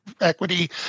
equity